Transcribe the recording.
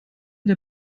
der